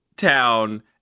Town